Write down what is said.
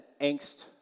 angst